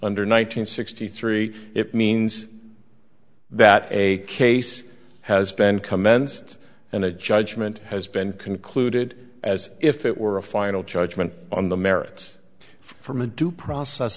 hundred sixty three it means that a case has been commenced and a judgment has been concluded as if it were a final judgment on the merits from a due process